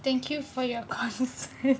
thank you for your concern